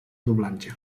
doblatge